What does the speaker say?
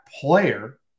player